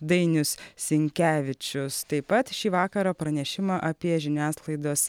dainius sinkevičius taip pat šį vakarą pranešimą apie žiniasklaidos